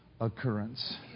occurrence